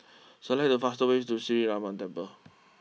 select the fast ways to Sree Ramar Temple